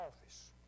office